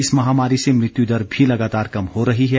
इस महामारी से मृत्यु दर भी लगातार कम हो रही है